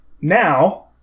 Now